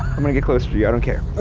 i'm gonna get closer to you, i don't care.